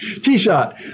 T-Shot